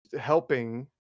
helping